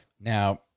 Now